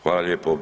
Hvala lijepo.